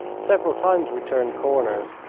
several times we turned corners,